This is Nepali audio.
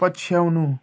पछ्याउनु